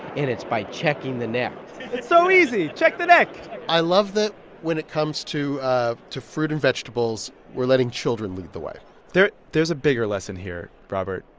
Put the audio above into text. and it's by checking the neck it's so easy. check the neck i love that when it comes to ah to fruit and vegetables, we're letting children lead the way there's there's a bigger lesson here, robert,